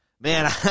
man